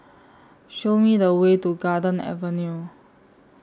Show Me The Way to Garden Avenue